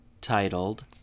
titled